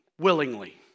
willingly